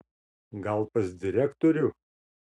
gal pas direktorių